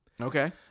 Okay